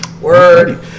Word